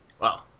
Wow